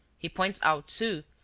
he points out, too,